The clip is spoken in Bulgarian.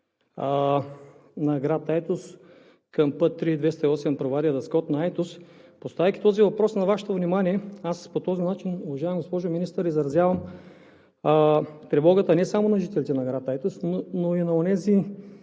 на град Айтос към път III-208 – Провадия – Дъскотна – Айтос. Поставяйки този въпрос на Вашето внимание, по този начин, уважаема госпожо Министър, изразявам тревогата не само на жителите на град Айтос, но и на онези